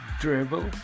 Dribble